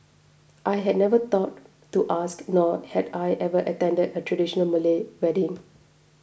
I had never thought to ask nor had I ever attended a traditional Malay wedding